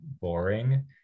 boring